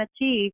achieve